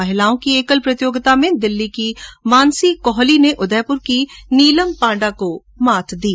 महिलाओं की एकल प्रतियोगिता में दिल्ली की मानसी कोहली ने उदयपुर की नीलम पाण्डा को शिकस्त दी